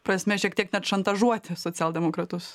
prasme šiek tiek net šantažuoti socialdemokratus